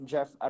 Jeff